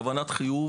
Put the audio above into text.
כוונת חיוב